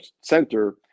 center